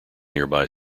nearby